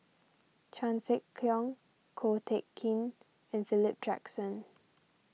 Chan Sek Keong Ko Teck Kin and Philip Jackson